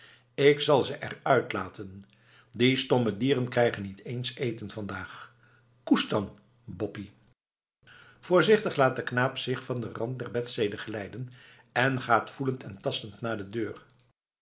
ik zal ze er uit laten die stomme dieren krijgen niet eens eten vandaag koest dan boppie voorzichtig laat de knaap zich van den rand der bedstede glijden en gaat voelend en tastend naar de deur